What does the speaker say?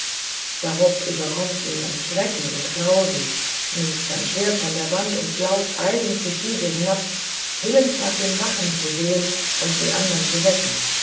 darob überkommt ihn ein schrecken und grausen nimmt sein schwert von der wand und lauft eilends die stiege hinab willens nach den wachten zu sehn und die andern zu wecken